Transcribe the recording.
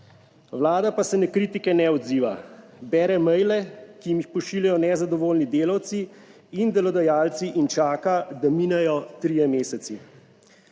Vlada pa se na kritike ne odziva. Bere maile, ki jim jih pošiljajo nezadovoljni delavci in delodajalci, in čaka, da minejo trije meseci.